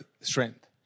strength